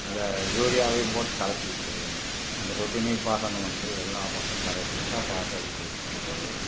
அதை யூரியாவையும் போட்டு கலக்கிட்டு அந்த சொட்டு நீர் பாசனம் வந்து எல்லா பக்கம் கரெக்டாக பாஸ்ஸாகி போயிட்டுருக்கும்போது